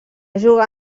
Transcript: jugar